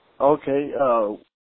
Okay